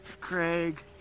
Craig